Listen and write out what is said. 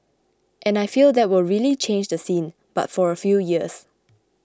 and I feel that will really change the scene but for a few years